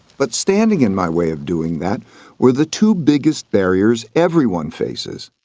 but standing in my way of doing that were the two biggest barriers everyone faces.